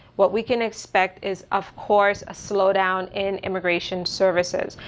what we can expect is of course, a slow down in immigration services,